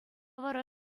вара